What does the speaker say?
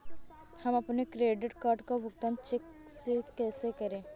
हम अपने credit card का भुगतान चेक से कैसे करें?